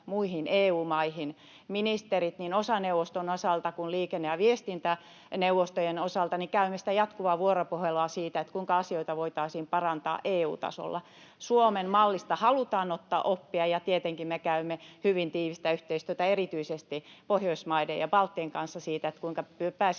muihin EU-maihin. Me ministerit niin OSA-neuvoston osalta kuin liikenne‑ ja viestintäneuvostojen osalta käymme jatkuvaa vuoropuhelua siitä, kuinka asioita voitaisiin parantaa EU-tasolla. Suomen-mallista halutaan ottaa oppia, ja tietenkin me käymme hyvin tiivistä yhteistyötä erityisesti Pohjoismaiden ja balttien kanssa siitä, kuinka pääsisimme